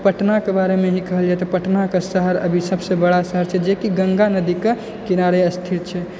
पटनाके बारेमे ही कहल जाइ तऽ पटनाके शहर अभी सबसँ बड़ा शहर छै जेकि गङ्गा नदी के किनारे स्थिर छै